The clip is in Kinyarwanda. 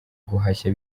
guhashya